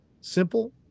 Simple